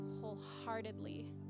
wholeheartedly